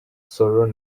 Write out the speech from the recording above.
sol